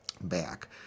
back